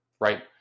right